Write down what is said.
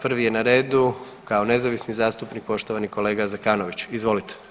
Prvi je na redu kao nezavisni zastupnik poštovani kolega Zekanović, izvolite.